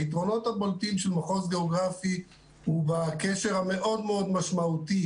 היתרונות הבולטים של מחוז גיאוגרפי הם בקשר המאוד מאוד משמעותי